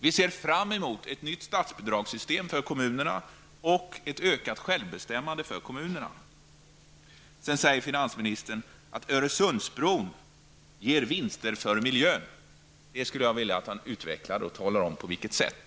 Vi ser fram emot ett nytt statsbidragssystem för kommunerna och ett ökat självbestämmande för kommunerna. Sedan säger finansministern att Öresundsbron ger vinster för miljön. Det skulle jag vilja att han utvecklar och talar om på vilket sätt.